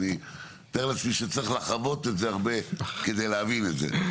אני מתאר לעצמי שצריך לחוות את זה הרבה כדי להבין את זה.